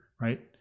right